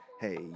hey